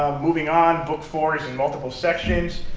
moving on, book four is in multiple sections.